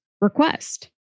request